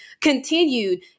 continued